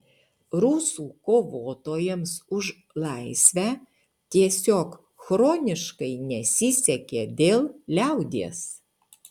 rusų kovotojams už laisvę tiesiog chroniškai nesisekė dėl liaudies